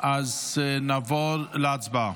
נעבור להצבעה.